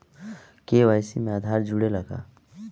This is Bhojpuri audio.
के.वाइ.सी में आधार जुड़े ला का?